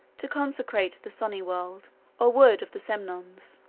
to consecrate the sonnenwald, or wood of the semnones.